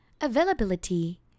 availability